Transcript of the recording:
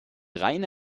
reine